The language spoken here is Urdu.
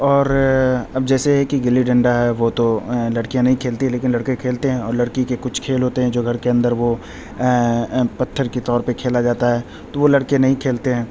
اور اب جیسے کہ گلی ڈنڈا ہے وہ تو لڑکیاں نہیں کھیلتی ہے لیکن لڑکے کھیلتے ہیں اور لڑکی کے کچھ کھیل ہوتے ہیں جو گھر کے اندر وہ پتھر کے طور پہ کھیلا جاتا ہے تو وہ لڑکے نہیں کھیلتے ہیں